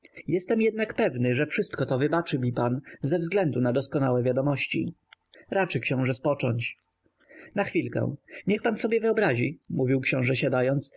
jestem jednak pewny że wszystko to wybaczy mi pan ze względu na doskonałe wiadomości raczy książe spocząć na chwilkę niech pan sobie wyobrazi mówił książe siadając